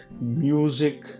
music